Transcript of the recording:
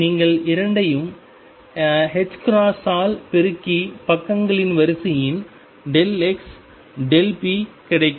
நீங்கள் இரண்டையும் ஆல் பெருக்கி பக்கங்களின் வரிசையின் xp கிடைக்கும்